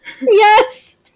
Yes